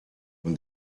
when